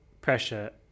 pressure